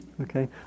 okay